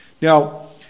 now